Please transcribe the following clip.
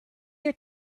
your